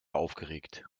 aufgeregt